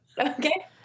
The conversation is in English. Okay